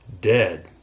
dead